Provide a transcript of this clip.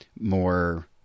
more